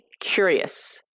curious